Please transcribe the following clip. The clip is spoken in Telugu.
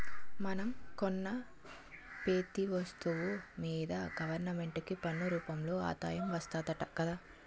మనం కొన్న పెతీ ఒస్తువు మీదా గవరమెంటుకి పన్ను రూపంలో ఆదాయం వస్తాదట గదా